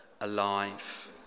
alive